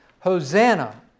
Hosanna